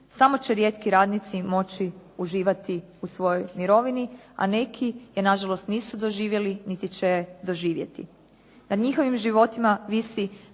samo će rijetki radnici moći uživati u svojoj mirovini, a neki jer na žalost nisu doživjeli niti će doživjeti.